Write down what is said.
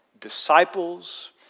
Disciples